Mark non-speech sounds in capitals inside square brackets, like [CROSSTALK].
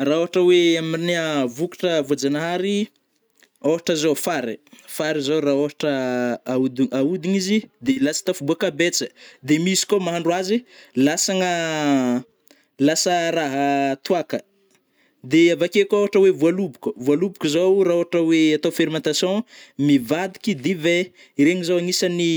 Ra ôhatra oe amina [HESITATION] vokatra vôjanahary ôhatra zao fary, fary zô rah ôhatra ahodi-ahodigna izy de lasa tafabôaka betsa, de misy kô mahandro azy lasagna [HESITATION] lasa raha toaka. De avakeo koa ôhatra oe vôloboko-vôloboko zao rah ôtra oe [HESITATION] atao fermentation mivadiky divin, iregny zao agnisagny